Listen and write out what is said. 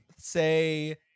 say